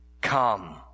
come